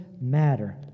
matter